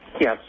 Yes